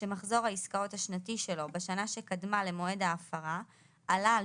שמחזור העסקאות השנתי שלו בשנה שקדמה למועד ההפרה עלה על